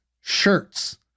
shirts